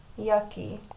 Yucky